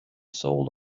soul